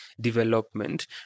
development